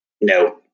no